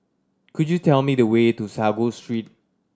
could you tell me the way to Sago Street